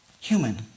human